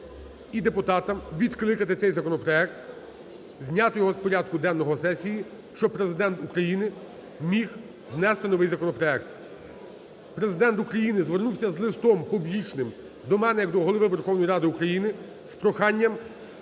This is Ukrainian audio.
і депутатам відкликати цей законопроект, зняти його з порядку денного сесії, щоб Президент України міг внести новий законопроект. Президент України звернувся з листом публічним до мене як до Голови Верховної Ради України з проханням